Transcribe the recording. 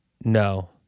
no